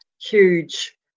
huge